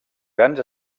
grans